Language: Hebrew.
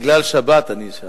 בגלל שבת אני שואל.